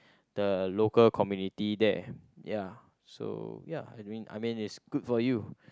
the local community there ya so ya I mean I mean is good for you